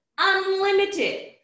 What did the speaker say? unlimited